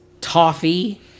toffee